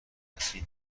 اصیل